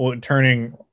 turning